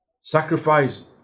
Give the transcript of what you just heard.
Sacrifice